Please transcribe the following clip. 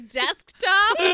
desktop